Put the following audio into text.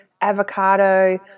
avocado